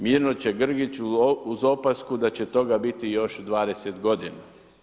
Mirno će Grgić uz opasku da će toga biti još 20 godina.